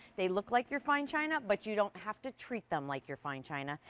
they look like your fine china, but you don't have to treat them like your fine china.